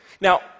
Now